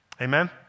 Amen